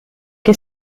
che